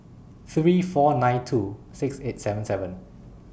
three four nine two six eight seven seven